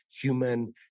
human